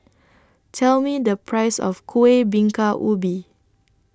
Tell Me The Price of Kuih Bingka Ubi